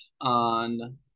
on